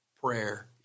prayer